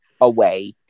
away